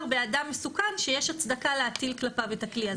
באדם מסוכן שיש הצדקה להטיל כלפיו את הכלי הזה.